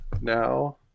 now